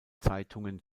zeitungen